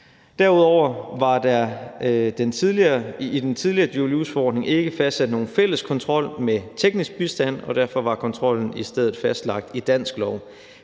Derudover var der i den tidligere dual use-forordning ikke fastsat nogen fælles kontrol med teknisk bistand, og derfor var kontrollen i stedet fastlagt i dansk lov,